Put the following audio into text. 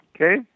okay